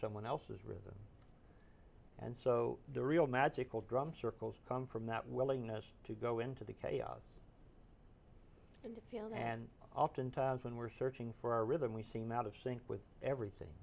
someone else's rhythm and so the real magical drum circles come from that willingness to go into the chaos and to feel and oftentimes when we're searching for our rhythm we seem out of sync with everything